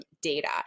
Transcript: data